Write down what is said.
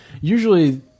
usually